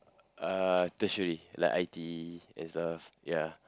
uh tertiary like I_T_E and stuff ya